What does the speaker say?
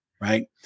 right